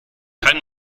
keinen